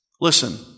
Listen